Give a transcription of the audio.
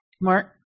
Mark